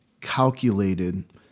calculated